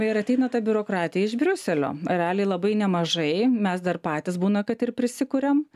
ir ateina ta biurokratija iš briuselio realiai labai nemažai mes dar patys būna kad ir prisikuriam